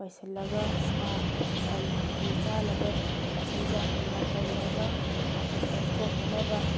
ꯄꯩꯁꯤꯜꯂꯒ ꯁꯥ ꯁꯟꯒꯤ ꯆꯥꯅꯕ ꯃꯆꯤꯟꯖꯥꯛ ꯑꯣꯏꯅ ꯄꯩꯔꯒ ꯃꯊꯛꯇ ꯆꯣꯠꯇꯅꯕ